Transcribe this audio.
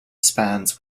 spans